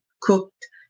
cooked